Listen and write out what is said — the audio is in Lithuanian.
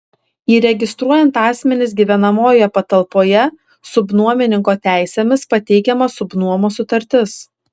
įregistruojant asmenis gyvenamojoje patalpoje subnuomininko teisėmis pateikiama subnuomos sutartis